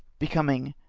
becoming,